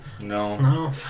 No